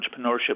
entrepreneurship